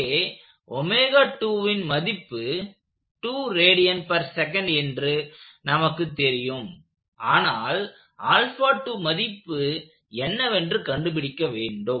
இங்கே ன் மதிப்பு என்று நமக்கு தெரியும் ஆனால் மதிப்பு என்னவென்று கண்டுபிடிக்க வேண்டும்